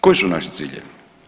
Koji su naši ciljevi?